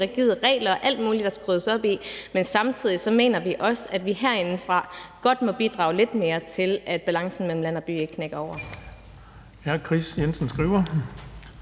rigide regler og andet, der skal ryddes op i, men samtidig mener vi også, at vi herindefra godt må bidrage lidt mere til, at balancen mellem land og by ikke tipper over.